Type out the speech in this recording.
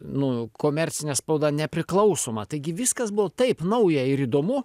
nu komercinė spauda nepriklausoma taigi viskas buvo taip nauja ir įdomu